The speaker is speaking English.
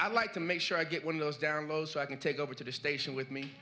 i'd like to make sure i get one of those downloads so i can take over to the station with me